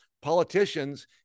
politicians